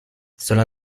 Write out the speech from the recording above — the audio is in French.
cela